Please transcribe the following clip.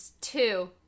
Two